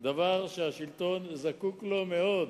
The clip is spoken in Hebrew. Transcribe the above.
דבר שהשלטון זקוק לו מאוד,